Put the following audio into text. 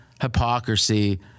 hypocrisy